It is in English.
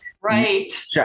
right